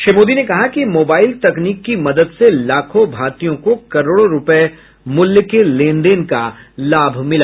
श्री मोदी ने कहा कि मोबाइल तकनीक की मदद से लाखों भारतीयों को करोड़ों रुपये मूल्य के लेनदेन का लाभ मिला